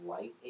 light